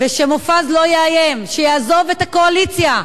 ושמופז לא יאיים, שיעזוב את הקואליציה.